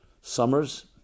summers